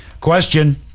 Question